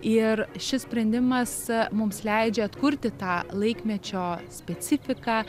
ir šis sprendimas mums leidžia atkurti tą laikmečio specifiką